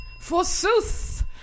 Forsooth